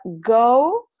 go